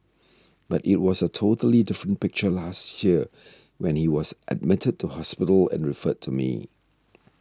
but it was a totally different picture last year when he was admitted to hospital and referred to me